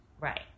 Right